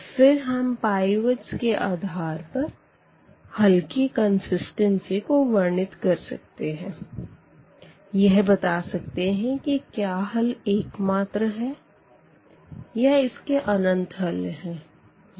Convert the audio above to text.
और फिर हम पाइवटस के आधार पर हल की कन्सिस्टेन्सी को वर्णित कर सकते है यह बता सकते है कि क्या हल एकमात्र है या इसके अनंत हल है या कोई भी हल नहीं है